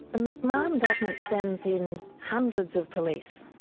the mcmahon government sends in hundreds of police.